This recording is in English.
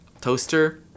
toaster